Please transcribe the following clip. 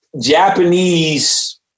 Japanese